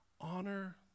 honor